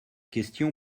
question